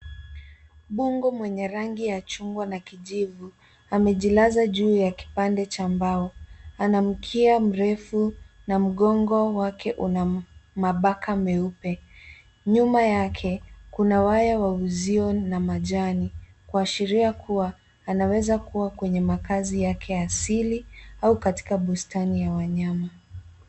Bungo mwenye rangi ya chungwa na kijivu amelala juu ya kipande cha mbao. Ana mkia mrefu na mgongoni kuna mabaka meupe. Nyuma yake kuna waya wa uzio na majani, kuaishara kwamba huenda yupo katika makazi ya kiasili au bustani ya wanyama.